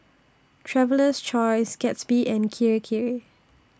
Traveler's Choice Gatsby and Kirei Kirei